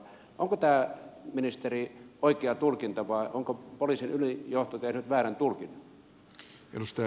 onko tämä ministeri oikea tulkinta vai onko poliisin ylin johto tehnyt väärän tulkinnan